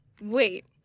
Wait